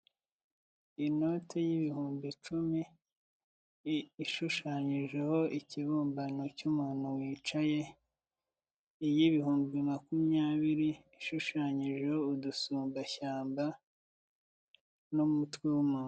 Inoti y'ibihumbi icumi, ishushanyijeho ikibumbano cy'umuntu wicaye, iy'ibihumbi makumyabiri ishushanyijeho udusumbashyamba n'umutwe w'umuntu.